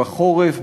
בחורף,